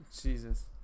Jesus